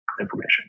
information